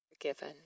Forgiven